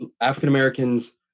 African-Americans